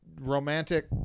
romantic